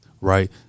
Right